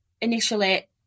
initially